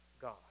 God